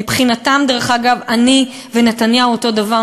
מבחינתן, דרך אגב, אני ונתניהו אותו דבר.